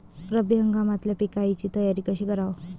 रब्बी हंगामातल्या पिकाइची तयारी कशी कराव?